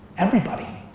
everybody.